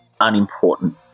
unimportant